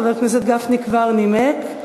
חבר הכנסת גפני כבר נימק,